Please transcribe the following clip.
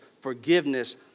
forgiveness